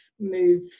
move